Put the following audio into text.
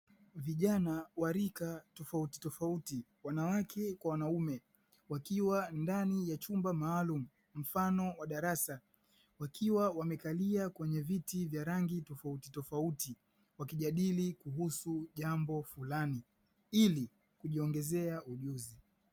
Vijana wa rika tofautitofauti wanawake kwa wanaume wakiwa ndani ya chumba maalumu mfano wa darasa, wakiwa wamekalia kwenye viti vya rangi tofautitofauti wakijadili kuhusu jambo fulani ili kujiongezea ujuzi.